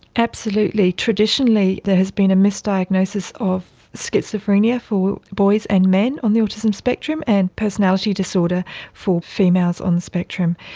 absolutely. traditionally there has been a missed diagnosis of schizophrenia for boys and men on the autism spectrum, and personality disorder for females on the spectrum.